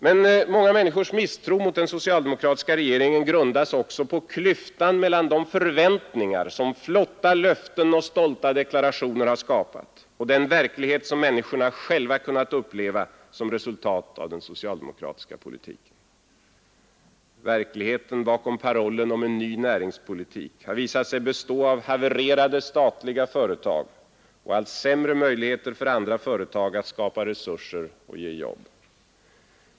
Men många människors misstro mot den socialdemokratiska regeringen grundas också på klyftan mellan de förväntningar som flotta löften och stolta deklarationer har skapat och den verklighet som människor själva kunnat uppleva som resultat av den socialdemokratiska politiken. Verkligheten bakom parollen om en ny näringspolitik har visat sig bestå av havererade statliga företag och allt sämre möjligheter för andra företag att skapa resurser och ge jobb.